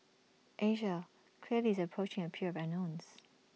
Asia clearly is approaching A period of unknowns